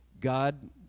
God